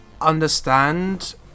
understand